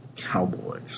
Cowboys